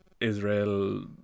Israel